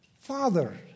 Father